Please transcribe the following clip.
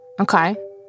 Okay